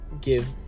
give